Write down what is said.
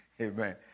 Amen